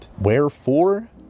Wherefore